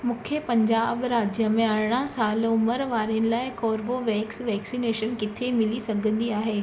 मुखे पंजाब राज्य में अरिड़हं साल उमिरि वारनि लाए कोवोवेक्स वैक्सीनेशन किथे मिली सघंदी आहे